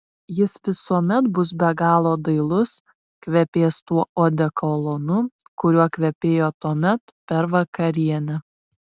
jis visuomet bus be galo dailus kvepės tuo odekolonu kuriuo kvepėjo tuomet per vakarienę